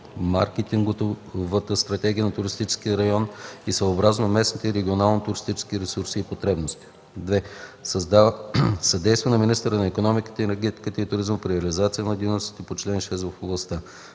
маркетинговата стратегия на туристическия район и съобразно местните и регионалните туристически ресурси и потребности; 2. съдейства на министъра на икономиката, енергетиката и туризма при реализацията на дейностите по чл. 6 в областта;